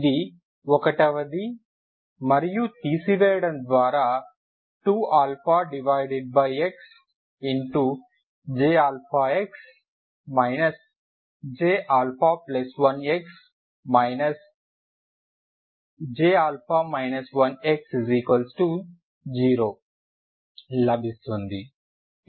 ఇది ఒకటవది మరియు తీసివేయడం ద్వారా 2αxJ x Jα1x Jα 1x0 లభిస్తుంది